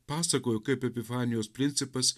pasakojo kaip epifanijos principas